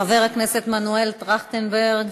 חבר הכנסת מנואל טרכטנברג,